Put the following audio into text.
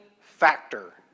factor